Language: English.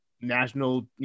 national